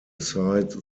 aside